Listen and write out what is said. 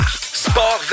Sport